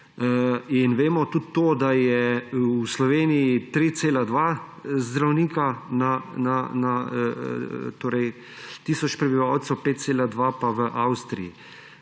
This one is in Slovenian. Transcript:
in vemo tudi to, da je v Sloveniji 3,2 zdravnika na tisoč prebivalcev, 5,2 pa v Avstriji.